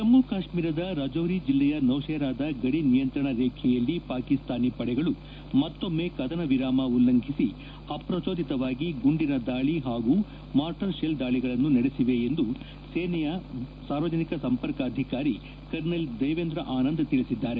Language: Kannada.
ಜಮ್ನು ಕಾಶ್ನೀರದ ರಜೌರಿ ಜಿಲ್ಲೆಯ ನೌಶೇರಾದ ಗಡಿ ನಿಯಂತ್ರಣ ರೇಖೆಯಲ್ಲಿ ಪಾಕಿಸ್ತಾನ ಪಡೆಗಳು ಮತ್ತೊಮ್ನೆ ಕದನ ವಿರಾಮ ಉಲ್ಲಂಘಿಸಿ ಅಪ್ರಜೋದಿತವಾಗಿ ಗುಂಡಿನ ದಾಳಿ ಹಾಗೂ ಮಾರ್ಟರ್ ಶೆಲ್ ದಾಳಿಗಳನ್ನು ನಡೆಸಿವೆ ಎಂದು ಸೇನೆಯ ಸಾರ್ವಜನಿಕ ಸಂಪರ್ಕಾಧಿಕಾರಿ ಕರ್ನಲ್ ದೇವೇಂದ್ರ ಆನಂದ್ ತಿಳಿಸಿದ್ದಾರೆ